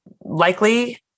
likely